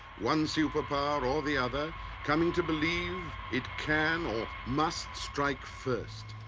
one superpower or the other coming to believe it can or must strike first,